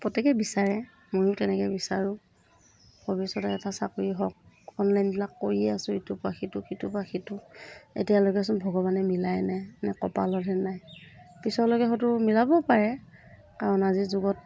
প্ৰত্যেকেই বিচাৰে ময়ো তেনেকৈ বিচাৰোঁ ভৱিষ্যতে এটা চাকৰি হওক অনলাইনবিলাক কৰিয়ে আছোঁ ইটোৰ পৰা সিটো সিটোৰ পৰা সিটো এতিয়ালৈকেচোন ভগৱানে মিলোৱা নাই নে কপালতে নাই পিছলৈকে হয়তো মিলাবও পাৰে কাৰণ আজিৰ যুগত